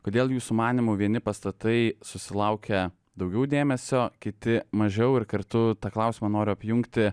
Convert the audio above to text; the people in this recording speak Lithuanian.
kodėl jūsų manymu vieni pastatai susilaukia daugiau dėmesio kiti mažiau ir kartu tą klausimą noriu apjungti